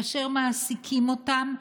וכאשר מעסיקים אותם,